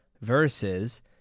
versus